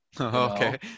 Okay